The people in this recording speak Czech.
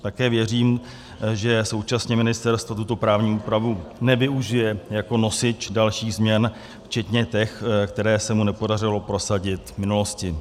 Také věřím, že současně ministerstvo tuto právní úpravu nevyužije jako nosič dalších změn včetně těch, které se mu nepodařilo prosadit v minulosti.